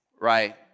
right